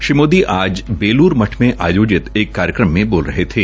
श्री मोदी आज बेलूर मठ में आयोजित एक कार्यक्रम में बोल रहे थे